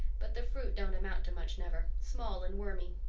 but the fruit don't amount to much never small and wormy.